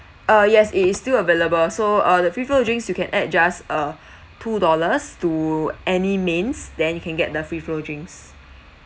uh yes it is still available so uh the free flow drinks you can add just uh two dollars to any mains then you can get the free flow drinks